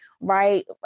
right